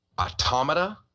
Automata